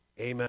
amen